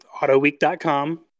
AutoWeek.com